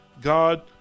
God